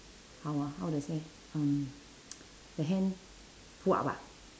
how ah how to say um the hand pull up ah